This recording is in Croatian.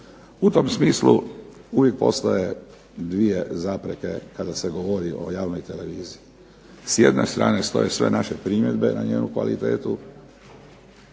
U tom smislu uvijek postoje dvije zapreke kada se govori o javnoj televiziji. S jedne strane stoje sve naše primjedbe na njegu kvalitetu,